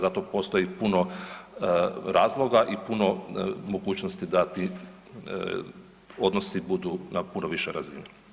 Za to postoji puno razloga i puno mogućnosti da ti odnosi budu na puno višoj razini.